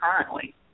currently